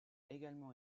également